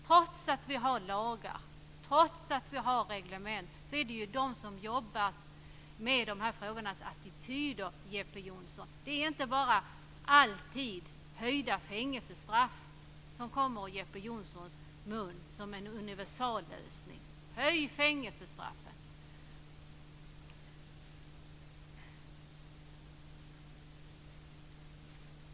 Trots att vi har lagar och regler handlar det om attityderna hos de människor som jobbar med dessa frågor, Jeppe Johnsson. Det handlar inte alltid om längre fängelsestraff som är Jeppe Johnssons universallösning.